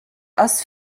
aus